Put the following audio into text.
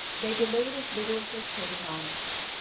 they delayed as little as they could in arming him.